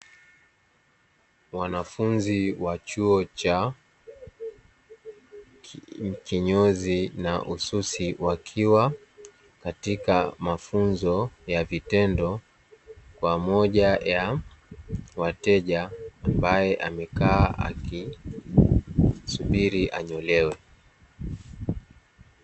Wanafunzi wa chuo cha kinyozi na ususi wakiwa katika mafunzo ya vitendo kwa moja ya wateja ambaye amekaa akisubiri anyolewe.